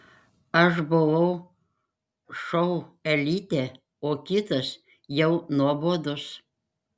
aš buvau šou elite o kitas jau nuobodus